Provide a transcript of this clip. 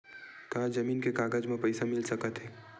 का जमीन के कागज म पईसा मिल सकत हे?